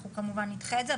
אנחנו כמובן נדחה את זה.